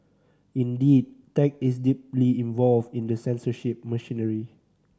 indeed tech is deeply involved in the censorship machinery